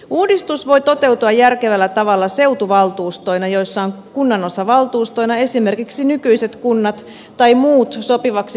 uudistus voi toteutua järkevällä tavalla seutuvaltuustoina joissa on kunnanosavaltuustoina esimerkiksi nykyiset kunnat tai muut sopiviksi katsotut alueet